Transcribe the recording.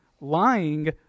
lying